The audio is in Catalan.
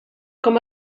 com